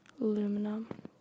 Aluminum